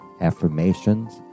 affirmations